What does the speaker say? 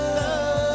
love